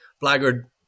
Blackguard